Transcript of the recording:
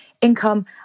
income